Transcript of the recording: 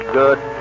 good